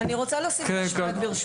אני רוצה להוסיף עוד משפט, ברשותך.